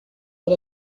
let